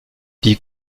die